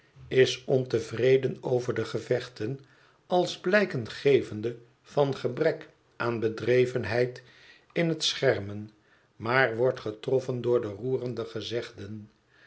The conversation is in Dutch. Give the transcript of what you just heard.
is ontevreden over de gevechten als blijken gevende van gebrek aan bedrevenheid in het schermen maar wordt getroffen door de roerende